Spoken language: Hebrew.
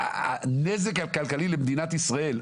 הנזק הכלכלי למדינת ישראל,